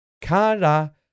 Kara